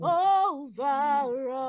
over